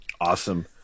awesome